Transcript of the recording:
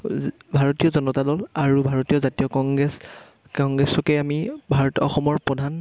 ভাৰতীয় জনতা দল আৰু ভাৰতীয় জাতীয় কংগ্ৰেছ কংগ্ৰেছকে আমি ভাৰত অসমৰ প্ৰধান